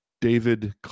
David